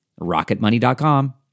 Rocketmoney.com